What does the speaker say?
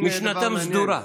משנתם סדורה.